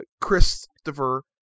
Christopher